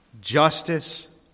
justice